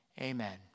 amen